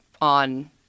on